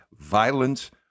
violence